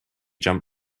jump